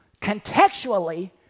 Contextually